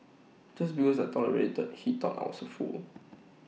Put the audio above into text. just because I tolerated that he thought I was A fool